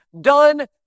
done